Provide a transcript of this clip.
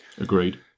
agreed